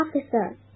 officer